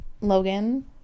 Logan